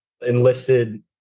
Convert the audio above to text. enlisted